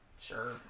Sure